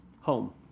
home